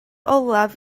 olaf